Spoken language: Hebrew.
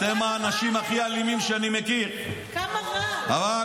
אתה יודע כמה ספגנו ממך,